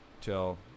till